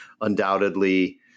undoubtedly